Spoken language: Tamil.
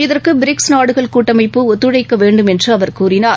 இதற்கு பிரிக்ஸ் நாடுகள் கூட்டமைப்பு ஒத்துழைக்க வேண்டும் என்று அவர் கூறினார்